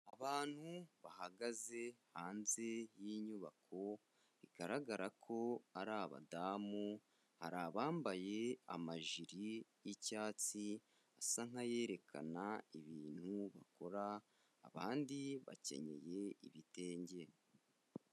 Abantu bahagaze hanze y'inyubako, bigaragara ko ari abadamu, hari abambaye amajiri y'icyatsi asa nk'ayerekana ibintu bakora, abandi bakeneyenye ibitenge.